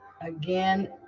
again